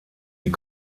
die